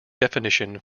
definition